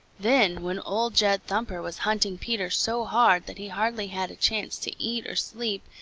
then, when old jed thumper was hunting peter so hard that he hardly had a chance to eat or sleep,